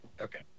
Okay